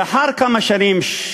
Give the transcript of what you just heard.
לאחר כמה שנים,